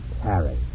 Harry